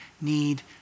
need